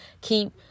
keep